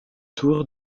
tour